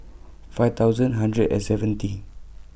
five thousand hundred and seventy